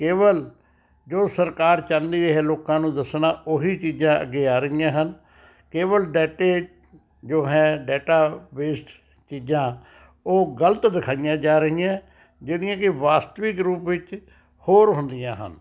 ਕੇਵਲ ਜੋ ਸਰਕਾਰ ਚਾਹੁੰਦੀ ਹੈ ਲੋਕਾਂ ਨੂੰ ਦੱਸਣਾ ਉਹੀ ਚੀਜ਼ਾਂ ਅੱਗੇ ਆ ਰਹੀਆਂ ਹਨ ਕੇਵਲ ਡੇਟੇ ਜੋ ਹੈ ਡੇਟਾ ਵੇਸ਼ਡ ਚੀਜ਼ਾਂ ਉਹ ਗਲਤ ਦਿਖਾਈਆਂ ਜਾ ਰਹੀਆਂ ਜਿਹੜੀਆਂ ਕਿ ਵਾਸਤਵਿਕ ਰੂਪ ਵਿੱਚ ਹੋਰ ਹੁੰਦੀਆਂ ਹਨ